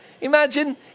Imagine